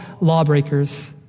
lawbreakers